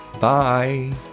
Bye